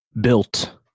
built